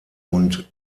und